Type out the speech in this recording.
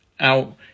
out